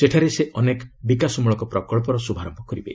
ସେଠାରେ ସେ ଅନେକ ବିକାଶମୂଳକ ପ୍ରକଳ୍ପର ଶୁଭାରମ୍ଭ କରିବେ